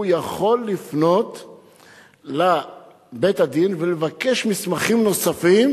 הוא יכול לפנות לבית-הדין ולבקש מסמכים נוספים,